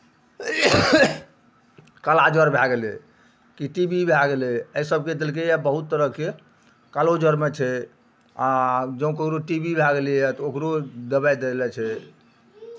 काला ज्वर भए गेलै कि टी बी भए गेलै एहि सभके देलकैए बहुत तरहके कालो ज्वरमे छै आ जँ ककरो टी बी भए गेलैए तऽ ओकरो दबाइ देने छै